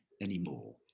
anymore